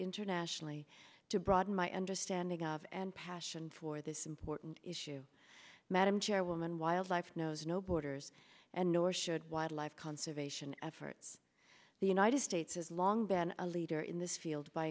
internationally to broaden my understanding of and passion for this important issue madam chairwoman wildlife knows no borders and nor should wildlife conservation efforts the united states has long been a leader in this field by